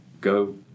go